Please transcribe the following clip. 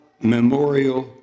memorial